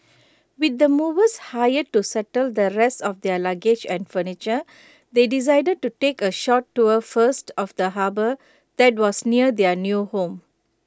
with the movers hired to settle the rest of their luggage and furniture they decided to take A short tour first of the harbour that was near their new home